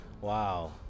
Wow